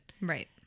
Right